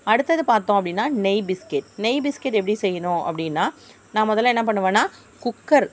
அடுத்தது பார்த்தோம் அப்படின்னா நெய் பிஸ்கட் நெய் பிஸ்கட் எப்படி செய்யணும் அப்படின்னா நான் முதல்ல என்ன பண்ணுவேன்னால் குக்கர்